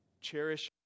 Cherish